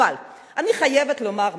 אבל אני חייבת לומר משהו.